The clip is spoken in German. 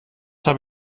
habe